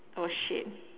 oh shit